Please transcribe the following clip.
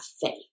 faith